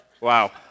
Wow